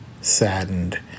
saddened